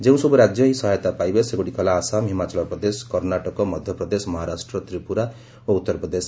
ଯେଉଁସବୁ ରାଜ୍ୟ ଏହି ସହାୟତା ପାଇବେ ସେଗୁଡ଼ିକ ହେଲା ଆସାମ ହିମାଚଳ ପ୍ରଦେଶ କର୍ଷ୍ଣାଟକ ମଧ୍ୟପ୍ରଦେଶ ମହାରାଷ୍ଟ୍ର ତ୍ରିପୁରା ଓ ଉତ୍ତରପ୍ରଦେଶ